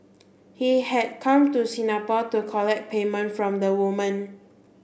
he had come to Singapore to collect payment from the woman